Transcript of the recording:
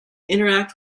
interact